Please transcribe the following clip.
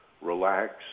Relax